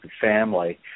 family